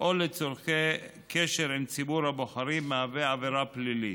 או לצורכי קשר עם ציבור הבוחרים מהווה עבירה פלילית.